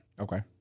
Okay